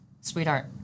Sweetheart